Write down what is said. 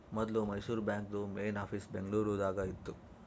ಮೊದ್ಲು ಮೈಸೂರು ಬಾಂಕ್ದು main office Bengaluru ದಾಗ ಇತ್ತು